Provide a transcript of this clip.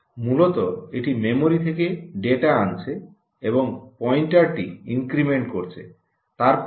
মূলত এটি মেমরি থেকে ডেটা আনছে এবং পয়েন্টারটি ইনক্রিমেন্ট করছে